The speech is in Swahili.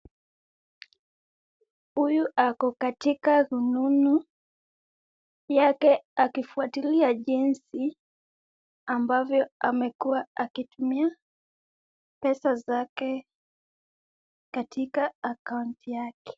Huyu ako katika rununu yake, akifuatilia jinsi ambavyo amekuwa akitumia pesa zake katika akaunti yake.